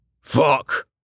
Fuck